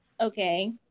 Okay